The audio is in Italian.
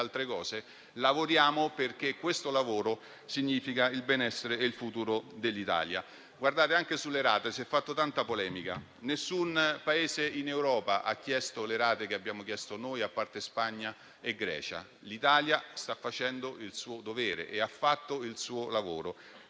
così via - lavoriamo perché questo lavoro significa il benessere e il futuro dell'Italia. Sulle rate si è fatta tanta polemica. Nessun Paese in Europa ha chiesto le rate che abbiamo chiesto noi, a parte Spagna e Grecia. L'Italia sta facendo il suo dovere e ha fatto il suo lavoro.